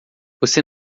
você